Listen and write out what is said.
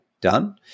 done